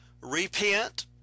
Repent